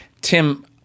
Tim